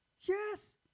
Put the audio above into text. Yes